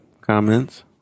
comments